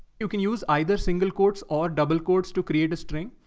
you can use either single codes or double codes to create a string.